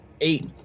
Eight